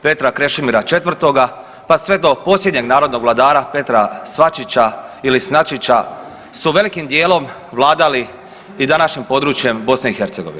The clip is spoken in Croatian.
Petra Krešimira IV, pa sve do posljednjeg narodnog vladara Petra Svačića ili Snačića su velim dijelom vladali i današnjim područjem BiH.